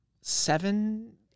Seven